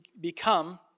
become